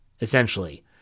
essentially